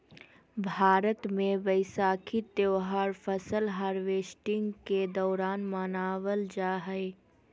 भारत मे वैसाखी त्यौहार फसल हार्वेस्टिंग के दौरान मनावल जा हय